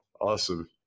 Awesome